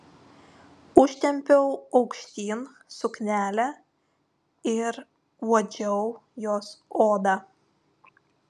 užtempiau aukštyn suknelę ir uodžiau jos odą